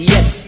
Yes